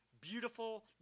beautiful